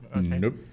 Nope